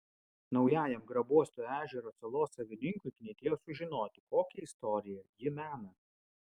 naujajam grabuosto ežero salos savininkui knietėjo sužinoti kokią istoriją ji mena